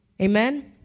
Amen